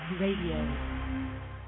Radio